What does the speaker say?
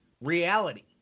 reality